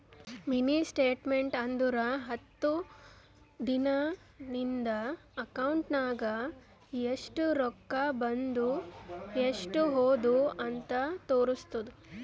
mini statement ಅಂದುರ್ ಹತ್ತು ದಿನಾ ನಿಂದ ಅಕೌಂಟ್ ನಾಗ್ ಎಸ್ಟ್ ರೊಕ್ಕಾ ಬಂದು ಎಸ್ಟ್ ಹೋದು ಅಂತ್ ತೋರುಸ್ತುದ್